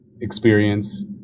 Experience